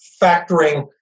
factoring